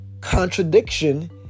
contradiction